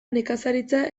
nekazaritza